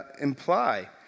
imply